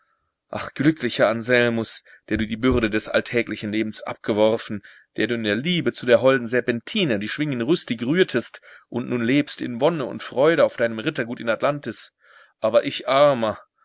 ach glücklicher anselmus der du die bürde des alltäglichen lebens abgeworfen der du in der liebe zu der holden serpentina die schwingen rüstig rührtest und nun lebst in wonne und freude auf deinem rittergut in atlantis aber ich armer